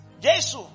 Jesus